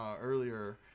earlier